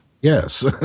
Yes